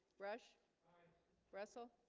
brush russell